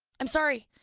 i'm sorry.